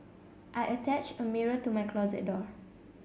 I attached a mirror to my closet door